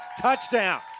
touchdown